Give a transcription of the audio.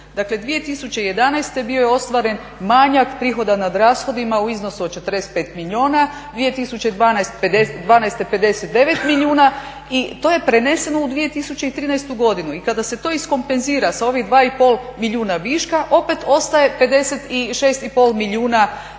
Dakle, 2011. bio je ostvaren manjak prihoda nad rashodima u iznosu od 45 milijuna, 2012. 59 milijuna i to je preneseno u 2013. godinu i kada se to iskompenzira sa ovih 2,5 milijuna viška opet ostaje 56,5 milijuna većih